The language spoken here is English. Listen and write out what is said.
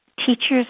Teachers